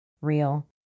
real